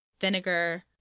vinegar